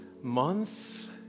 Month